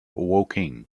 woking